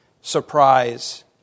surprise